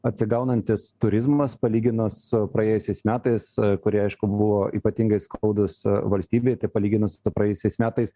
atsigaunantis turizmas palyginus su praėjusiais metais kurie aišku buvo ypatingai skaudūs valstybei tai palyginus su praėjusiais metais